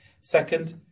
Second